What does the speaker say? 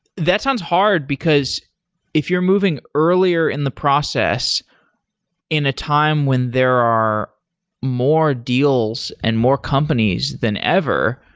that sounds hard, because if you're moving earlier in the process in a time when there are more deals and more companies than ever,